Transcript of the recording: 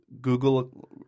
Google